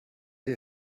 dir